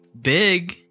big